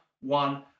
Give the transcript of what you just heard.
one